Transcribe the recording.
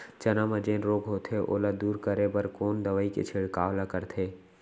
चना म जेन रोग होथे ओला दूर करे बर कोन दवई के छिड़काव ल करथे?